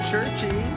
churchy